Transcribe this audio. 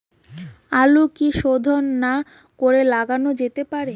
আলু কি শোধন না করে লাগানো যেতে পারে?